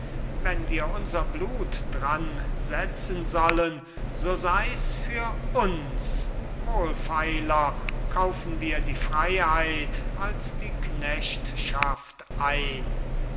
wenn wir unser blut dransetzen sollen so sei's für uns wohlfeiler kaufen wir die freiheit als die knechtschaft ein